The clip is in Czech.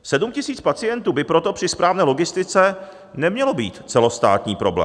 Sedm tisíc pacientů by proto při správné logistice nemělo být celostátní problém.